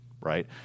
right